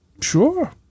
sure